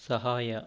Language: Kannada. ಸಹಾಯ